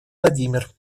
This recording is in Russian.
владимир